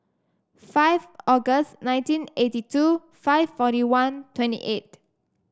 five August nineteen eighty two five forty one twenty eight